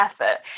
effort